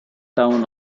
town